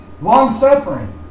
long-suffering